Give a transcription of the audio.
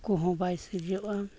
ᱠᱚᱦᱚᱸ ᱵᱟᱭ ᱥᱤᱨᱡᱟᱹᱜᱼᱟ